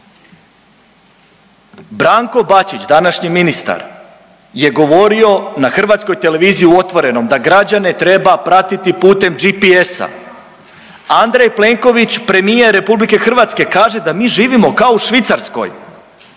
Branko Bačić današnji ministar je govorio na hrvatskoj televiziji u otvorenom da građane treba pratiti putem GPS-a. Andrej Plenković premijer RH kaže da mi živimo kao u Švicarskoj.